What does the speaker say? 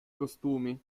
costumi